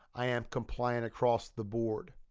i am compliant across the board.